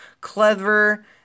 clever